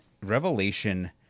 Revelation